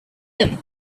them